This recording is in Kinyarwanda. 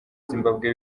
zimbabwe